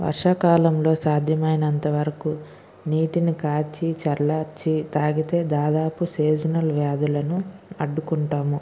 వర్షాకాలంలో సాధ్యమైనంత వరకు నీటిని కాచి చల్లార్చి తాగితే దాదాపు సీజనల్ వ్యాధులను అడ్డుకుంటాము